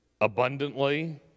abundantly